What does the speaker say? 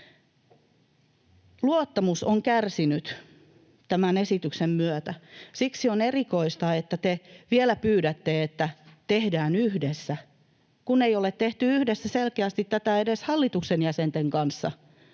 Luottamus on kärsinyt tämän esityksen myötä. Siksi on erikoista, että te vielä pyydätte, että tehdään yhdessä, kun ei ole tehty yhdessä tätä selkeästi edes hallituksen jäsenten kanssa.